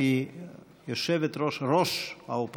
מדוע הממשלה אינה משכילה למצות את